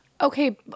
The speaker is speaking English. Okay